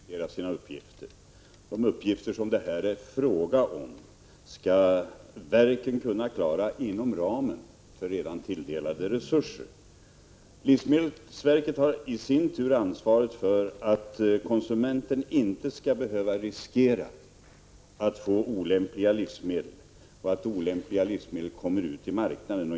Fru talman! De statliga verken måste också prioritera sina uppgifter. De uppgifter som det här är fråga om skall verken kunna klara inom ramen för redan tilldelade resurser. Livsmedelsverket har i sin tur ansvar för att konsumenten inte skall behöva riskera att få olämpliga livsmedel och att olämpliga livsmedel inte kommer ut i handeln.